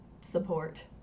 support